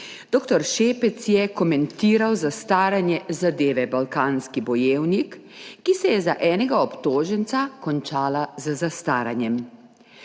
Dr. Šepec je komentiral zastaranje zadeve Balkanski bojevnik, ki se je za enega obtoženca končala z zastaranjem.